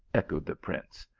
echoed the prince,